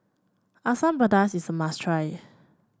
Asam Pedas is must try